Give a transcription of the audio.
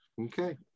Okay